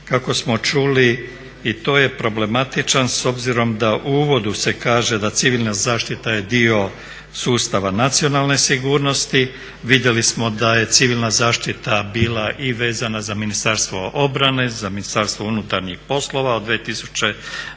kako smo čuli i to je problematičan s obzirom da u uvodu se kaže da civilna zaštita je dio sustava nacionalne sigurnosti. Vidjeli smo da je civilna zaštita bila i vezana za Ministarstvo obrane, za Ministarstvo unutarnjih poslova od 2000.